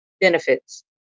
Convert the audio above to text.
benefits